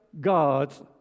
God's